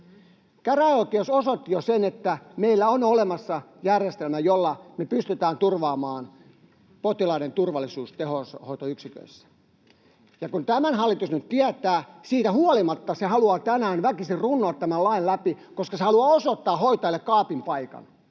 Käräjäoikeus osoitti jo sen, että meillä on olemassa järjestelmä, jolla me pystytään turvaamaan potilaiden turvallisuus tehohoitoyksiköissä. Ja kun tämän hallitus nyt tietää, siitä huolimatta se haluaa tänään väkisin runnoa tämän lain läpi, koska se haluaa osoittaa hoitajille kaapin paikan.